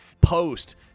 post